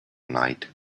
night